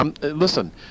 Listen